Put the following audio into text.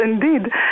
indeed